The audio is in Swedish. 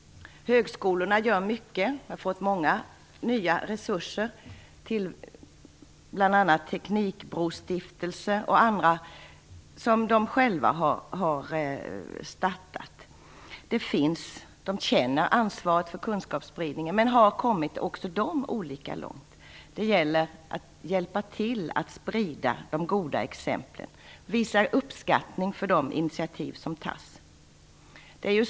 Högskolorna gör mycket och har fått mycket nya resurser, bl.a. till olika stiftelser som de själva har startat. De känner ansvar för kunskapsspridningen men har också de kommit olika långt. Det gäller att hjälpa till att sprida de goda exemplen och att visa uppskattning för de initiativ som tas.